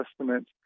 Testament